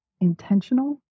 intentional